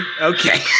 Okay